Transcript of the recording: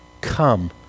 Come